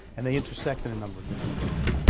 and they intercept in a number of different ways.